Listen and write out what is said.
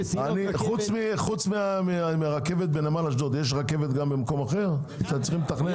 חוץ מרכבת בנמל אשדוד יש רכבת גם במקום אחר שאתם צריכים לתכנן?